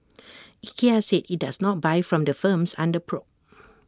Ikea said IT does not buy from the firms under probe